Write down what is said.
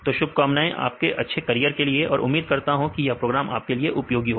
तो शुभकामनाएं आपके अच्छे करियर और उम्मीद करता हूं कि यह प्रोग्राम आपके लिए उपयोगी होगा